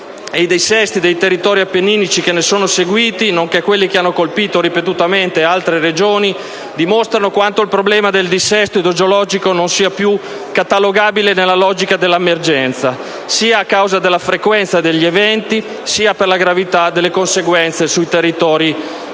i dissesti dei territori appenninici che ne sono seguiti, nonché quelli che hanno colpito ripetutamente altre Regioni, dimostrano quanto il problema del dissesto idrogeologico non sia più catalogabile nella logica dell'emergenza, sia a causa della frequenza degli eventi sia per la gravità delle conseguenze sui territori coinvolti.